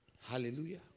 hallelujah